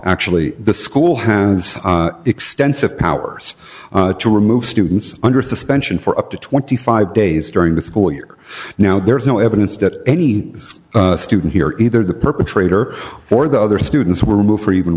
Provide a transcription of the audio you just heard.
actually the school has extensive powers to remove students under suspension for up to twenty five dollars days during the school year now there is no evidence that any student here either the perpetrator or the other students were removed for even